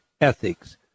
ethics